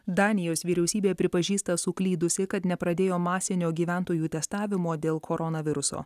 danijos vyriausybė pripažįsta suklydusi kad nepradėjo masinio gyventojų testavimo dėl koronaviruso